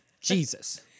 Jesus